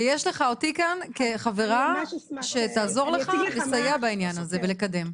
ויש לך אותי כאן כחברה שתעזור לך לסייע בעניין הזה ולקדם.